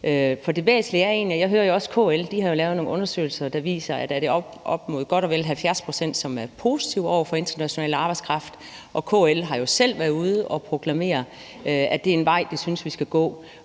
steder. Jeg hører jo også, at KL har lavet nogle undersøgelser, der viser, at det er godt og vel 70 pct., som er positive over for international arbejdskraft, og KL har jo selv været ude og proklamere, at det er en vej, de synes vi skal gå,